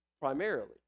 Primarily